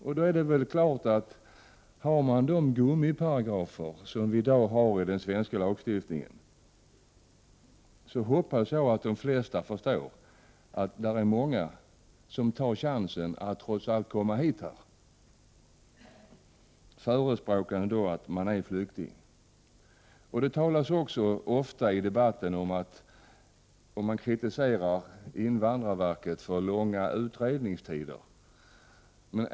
Om man har de gummiparagrafer vi i dag har i den svenska lagstiftningen är det helt klart att många tar chansen att trots allt komma hit, förebärande att de är flyktingar. Det hoppas jag att de flesta förstår. I debatten kritiserar man ofta invandrarverket för långa utredningstider.